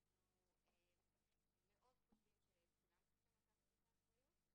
אנחנו מאוד חושבים שכולם צריכים לקחת את האחריות,